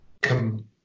come